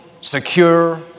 secure